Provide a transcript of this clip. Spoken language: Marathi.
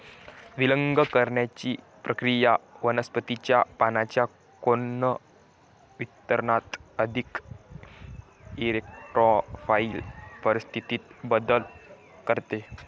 विलग करण्याची प्रक्रिया वनस्पतीच्या पानांच्या कोन वितरणात अधिक इरेक्टोफाइल परिस्थितीत बदल करते